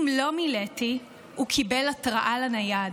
אם לא מילאתי, הוא קיבל התראה לנייד.